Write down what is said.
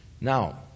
Now